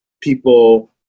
people